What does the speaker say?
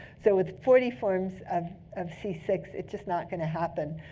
so with forty forms of of c six, it's just not going to happen.